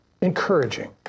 encouraging